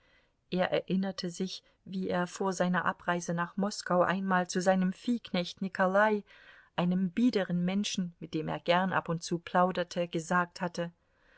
er erinnerte sich wie er vor seiner abreise nach moskau einmal zu seinem viehknecht nikolai einem biederen menschen mit dem er gern ab und zu plauderte gesagt hatte